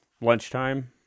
lunchtime